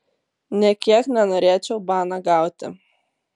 nė kiek nenorėčiau baną gauti